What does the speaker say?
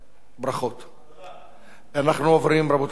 רבותי, נעבור לסעיף הבא,